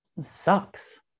Sucks